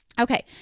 Okay